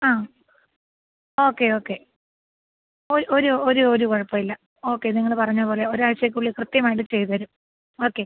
ആ okay okay ഒരു ഒരു ഒരു കുഴപ്പവും ഇല്ല ഓക്കെ നിങ്ങൾ പറഞ്ഞപോലെ ഒരാഴ്ച്ചക്കുള്ളിൽ കൃത്യമായിട്ട് ചെയ്തുതരും ഓക്കെ